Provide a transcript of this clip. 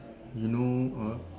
you know uh